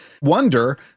wonder